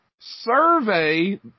survey